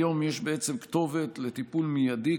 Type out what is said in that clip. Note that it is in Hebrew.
היום יש בעצם כתובת לטיפול מיידי,